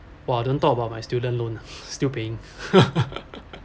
!wah! don't talk about my student loan ah still paying